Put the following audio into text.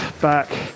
back